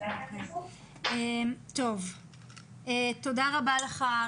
תודה רבה לך.